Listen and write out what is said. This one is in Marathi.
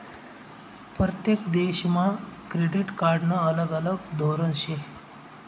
परतेक देशमा क्रेडिट कार्डनं अलग अलग धोरन शे